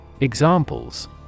Examples